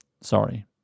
Sorry